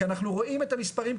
כי אנחנו רואים את המספרים,